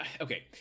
okay